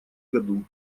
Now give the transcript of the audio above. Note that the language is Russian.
году